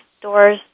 doors